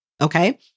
Okay